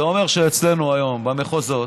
זה אומר שאצלנו היום, במחוזות,